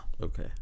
Okay